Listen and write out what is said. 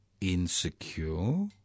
insecure